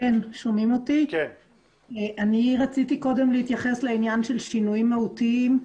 אני רציתי קודם להתייחס לעניין של שינויים מהותיים.